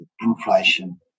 inflation